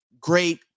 Great